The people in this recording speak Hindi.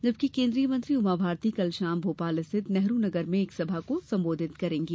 जबकि केन्द्रीय मंत्री उमा भारती कल शाम भोपाल स्थित नेहरू नगर में एक सभा को संबोधित करेंगे